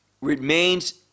remains